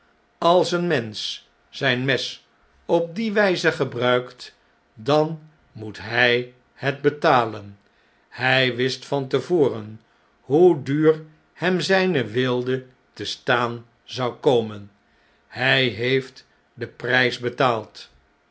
als een mensch zn'n mes op die wjjze gebruilt dan moet hq het betalen hij wist van te voren hoe duur hem znne weelde te staan zou komen hij heeft den prh betaald